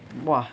!wah!